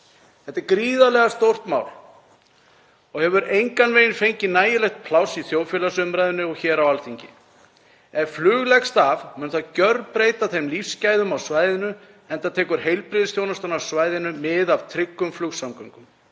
Þetta er gríðarlega stórt mál og hefur engan veginn fengið nægilegt pláss í þjóðfélagsumræðunni og hér á Alþingi. Ef flug leggst af mun það gjörbreyta lífsgæðum á svæðinu enda tekur heilbrigðisþjónustan á svæðinu mið af tryggum flugsamgöngum.